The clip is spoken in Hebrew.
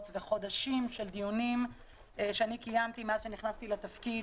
וחודשים של דיונים שאני קיימתי מאז שנכנסתי לתפקיד